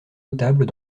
notables